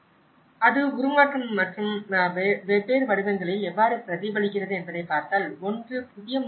அது உருமாற்றம் மற்றும் வெவ்வேறு வடிவங்களில் எவ்வாறு பிரதிபலிக்கிறது என்பதைப் பார்த்தால் ஒன்று புதிய முகாம்கள்